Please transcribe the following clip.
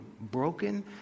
broken